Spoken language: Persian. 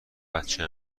بچه